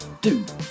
Dude